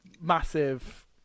massive